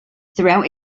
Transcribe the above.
throughout